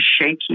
shaky